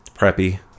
Preppy